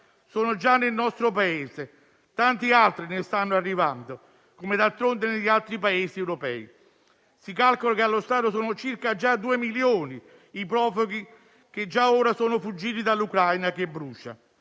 sono già nel nostro Paese; e tanti altri ne stanno arrivando, come d'altronde negli altri Paesi europei. Si calcola che, allo stato, sono circa due milioni i profughi già fuggiti dall'Ucraina che brucia.